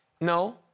No